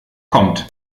kommt